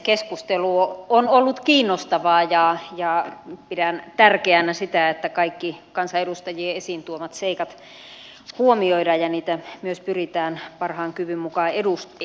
keskustelu on ollut kiinnostavaa ja pidän tärkeänä sitä että kaikki kansanedustajien esiintuomat seikat huomioidaan ja niitä myös pyritään parhaan kyvyn mukaan edistämään